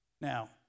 Now